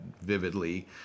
vividly